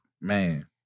Man